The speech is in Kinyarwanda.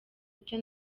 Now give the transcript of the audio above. icyo